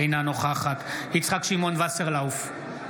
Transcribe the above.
אינה נוכחת יצחק שמעון וסרלאוף,